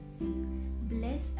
Bless